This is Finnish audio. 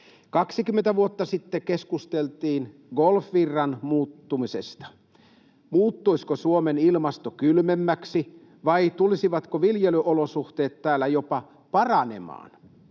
20 vuotta sitten keskusteltiin Golfvirran muuttumisesta. Muuttuisiko Suomen ilmasto kylmemmäksi, vai tulisivatko viljelyolosuhteet täällä jopa paranemaan?